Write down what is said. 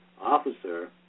officer